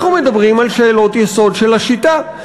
אנחנו מדברים על שאלות יסוד של השיטה.